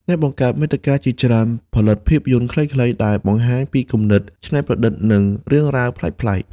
អ្នកបង្កើតមាតិកាជាច្រើនផលិតភាពយន្តខ្លីៗដែលបង្ហាញពីគំនិតច្នៃប្រឌិត និងរឿងរ៉ាវប្លែកៗ។